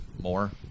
more